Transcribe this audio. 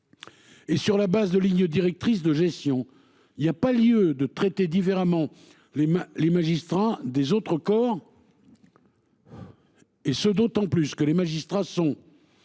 Et sur la base de lignes directrices de gestion. Il y a pas lieu de traiter différemment les mains les magistrats des autres corps. Et ce d'autant plus que les magistrats sont.